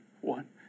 one